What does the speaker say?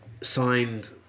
signed